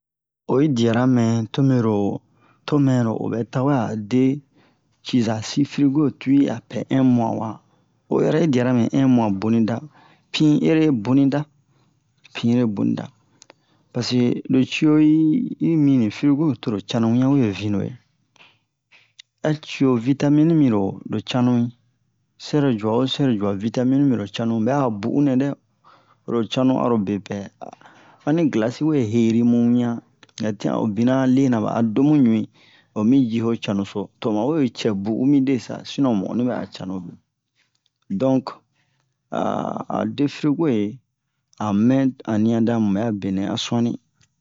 oyi diara mɛ to mero tomɛro oɓɛ tawe ade ciza frigo tui apɛ un mois wa oyɛrɛ'i diara me un mois bonida pi'ere bonida pi'ere bonida paseke locio'i imi ni frigo toro canu wian we vino'ɛ a cio vitamine miro lo canu sɛro juawo sɛro jua vitamine miro canu bɛ a'o bu'unɛ dɛ oro canu aro bepɛ ani glace siwe herimu wian hɛtian obina lenaba adomu ɲui omi ji'o canuso to'o mawe cɛ bu'u midesa sinon mu onni bɛ'a canube donc de frigo'e amɛ aniada mu bɛ'a benɛ a suani